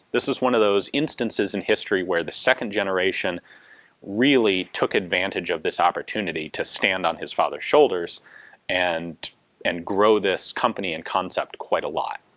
this is one of those instances in history where the second generation really took advantage of this opportunity to stand on his father's shoulders and and grow this company and concept quite a lot.